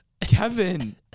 Kevin